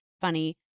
funny